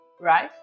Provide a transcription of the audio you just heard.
right